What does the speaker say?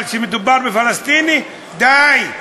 אבל כשמדובר בפלסטיני, די,